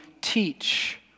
teach